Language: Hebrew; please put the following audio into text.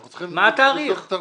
אנחנו צריכים לבדוק את התאריכים.